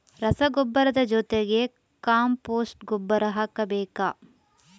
ರಸಗೊಬ್ಬರದ ಜೊತೆ ಕಾಂಪೋಸ್ಟ್ ಗೊಬ್ಬರ ಹಾಕಬೇಕಾ?